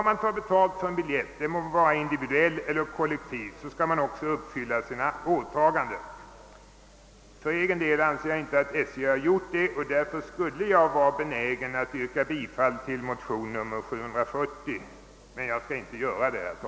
Tar man betalt för en biljett — den må vara individuell eller kollektiv — skall man också uppfylla sina åtaganden. För egen del anser jag inte att SJ har gjort detta, och därför skulle jag vara benägen att yrka bifall till motionen II: 740. Jag skall dock, herr talman, inte göra detta.